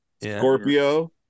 Scorpio